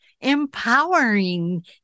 empowering